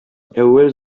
әүвәл